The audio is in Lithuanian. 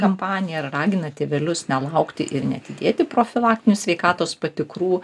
kampaniją ir ragina tėvelius nelaukti ir neatidėti profilaktinių sveikatos patikrų